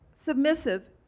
Submissive